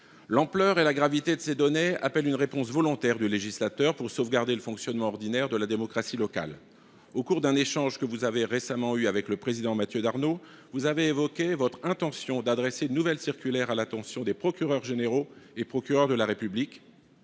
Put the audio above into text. L’ampleur et la gravité de ces faits appellent une réponse volontaire du législateur pour sauvegarder le fonctionnement ordinaire de la démocratie locale. Au cours d’un échange que vous avez eu récemment avec le président Mathieu Darnaud, vous avez évoqué votre intention d’adresser une nouvelle circulaire aux procureurs généraux et aux procureurs de la République